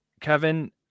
Kevin